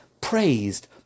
praised